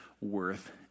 worth